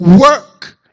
work